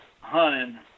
hunting